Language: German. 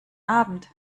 abend